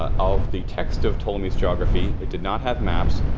ah of the text of ptolemy's geography, it did not have maps,